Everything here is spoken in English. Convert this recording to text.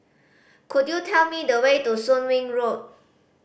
could you tell me the way to Soon Wing Road